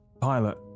pilot